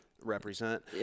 represent